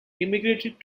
immigrated